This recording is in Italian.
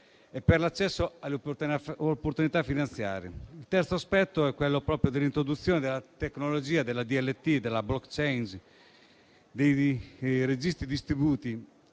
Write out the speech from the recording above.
e per l'accesso alle opportunità finanziarie. Il terzo aspetto è proprio quello dell'introduzione della tecnologia DLT, della *blockchain*, dei registri distribuiti;